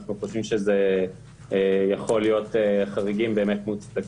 אנחנו חושבים שאלה יכולים להיות חריגים מוצדקים.